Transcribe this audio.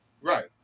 Right